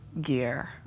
gear